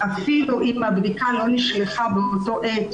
לכן אפילו אם הבדיקה לא נשלחה באותה עת